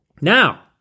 Now